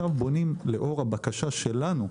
לאור הבקשה שלנו,